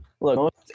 Look